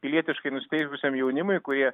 pilietiškai nusiteikusiam jaunimui kurie